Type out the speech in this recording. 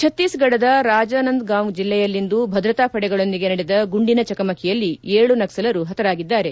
ಛತ್ತೀಸ್ಗಢದ ರಾಜನಂದಗಾಂವ್ ಜಿಲ್ಲೆಯಲ್ಲಿಂದು ಭದ್ರತಾ ಪಡೆಗಳೊಂದಿಗೆ ನಡೆದ ಗುಂಡಿನ ಚಕಮಕಿಯಲ್ಲಿ ಏಳು ನಕ್ಸಲರು ಹತರಾಗಿದ್ದಾರೆ